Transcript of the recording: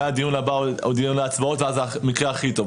הדיון הבא או דיון ההצבעות ואז זה המקרה הכי טוב.